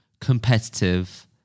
competitive